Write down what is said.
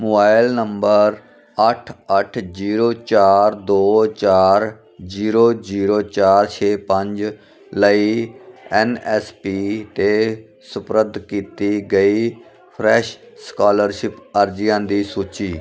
mobile number ਅੱਠ ਅੱਠ zero ਚਾਰ ਦੋ ਚਾਰ ਜੀਰੋ ਜੀਰੋ ਚਾਰ ਛੇ ਪੰਜ ਲਈ ਐਨ ਐਸ ਪੀ 'ਤੇ ਸਪੁਰਦ ਕੀਤੀ ਗਈ ਫਰੈਸ਼ ਸਕੋਲਰਸ਼ਿਪ ਅਰਜ਼ੀਆਂ ਦੀ ਸੂਚੀ